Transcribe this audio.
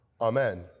Amen